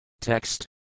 Text